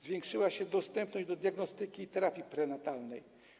Zwiększyła się dostępność diagnostyki i terapii prenatalnej.